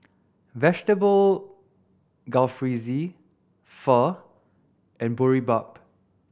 Vegetable Jalfrezi Pho and Boribap